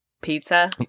pizza